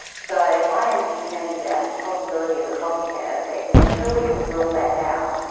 so i am concerned about the possibility of a copycat effect and until we can rule that out,